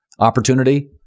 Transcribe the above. Opportunity